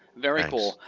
very cool.